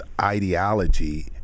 ideology